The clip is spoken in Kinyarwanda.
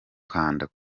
kanda